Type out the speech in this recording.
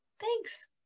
thanks